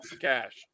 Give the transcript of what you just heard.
cash